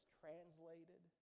translated